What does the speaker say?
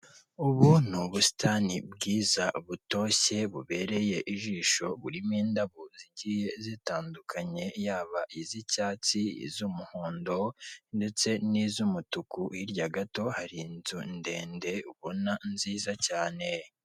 Icyapa cyamamaza inzoga ya AMSTEL, hariho icupa ry'AMSTEL ripfundikiye, hakaba hariho n'ikirahure cyasutswemo inzoga ya AMSTEL, munsi yaho hari imodoka ikindi kandi hejuru yaho cyangwa k'uruhande rwaho hari inzu. Ushobora kwibaza ngo AMSTEL ni iki? AMSTEL ni ubwoko bw'inzoga busembuye ikundwa n'abanyarwanada benshi, abantu benshi bakunda inzoga cyangwa banywa inzoga zisembuye, bakunda kwifatira AMSTEL.